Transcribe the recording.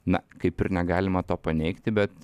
na kaip ir negalima to paneigti bet